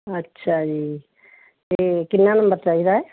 ਅੱਛਾ ਜੀ ਤੇ ਕਿੰਨਾ ਨੰਬਰ ਚਾਹੀਦਾ ਹੈ